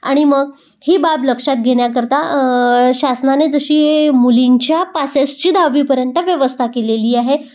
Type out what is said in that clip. आणि मग ही बाब लक्षात घेण्याकरिता शासनाने जशी मुलींच्या पासेसची दहावीपर्यंत व्यवस्था केलेली आहे